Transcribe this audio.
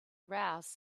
aroused